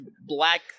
black